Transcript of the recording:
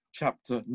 chapter